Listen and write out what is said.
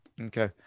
Okay